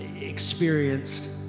experienced